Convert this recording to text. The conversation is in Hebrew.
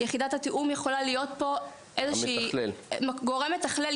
יחידת התיאום יכולה להיות איזו גורם מתכלל.